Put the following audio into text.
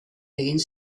egin